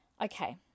okay